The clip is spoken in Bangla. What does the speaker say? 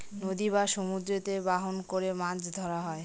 নদী বা সমুদ্রতে বাহন করে মাছ ধরা হয়